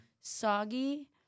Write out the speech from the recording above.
soggy